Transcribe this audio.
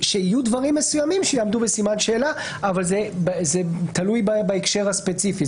שיהיו דברים מסוימים שיעמדו בסימן שאלה אבל זה תלוי בהקשר הספציפי.